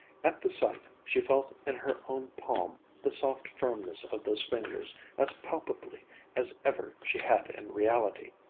at the sight, she felt in her own palm the soft firmness of those fingers as palpably as ever she had in reality.